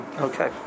Okay